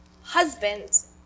husband's